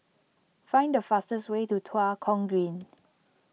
find the fastest way to Tua Kong Green